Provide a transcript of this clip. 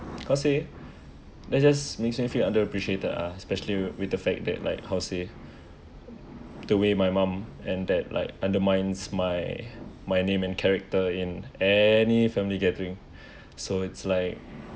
cause say that just makes me feel under appreciated uh especially with the fact that like how to say the way my mom and dad like undermines my my name and character in any family gathering so it's like